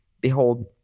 Behold